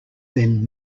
then